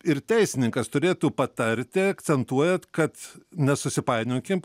ir teisininkas turėtų patarti akcentuojat kad nesusipainiokim